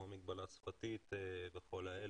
כמו מגבלה שפתית וכולי.